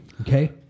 okay